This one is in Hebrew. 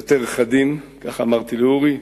יותר חדים, כך אמרתי לאורי.